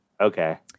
okay